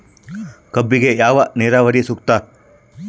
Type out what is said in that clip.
ಕಬ್ಬಿಗೆ ಯಾವ ನೇರಾವರಿ ಸೂಕ್ತ?